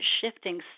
shifting